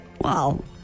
Wow